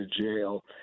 jail